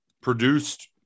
produced –